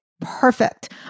perfect